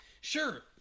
Sure